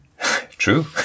True